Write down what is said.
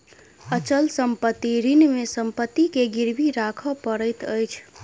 अचल संपत्ति ऋण मे संपत्ति के गिरवी राखअ पड़ैत अछि